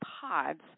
Pods